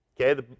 Okay